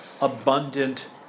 abundant